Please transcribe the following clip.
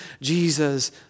Jesus